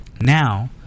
Now